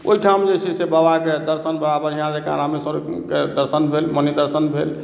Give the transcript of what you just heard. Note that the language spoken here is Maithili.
ओहिठाम जे छै जे बाबाक दर्शन बड़ा बढ़िऑं जेकाँ रामेश्वरमके दर्शन भेल मणि दर्शन भेल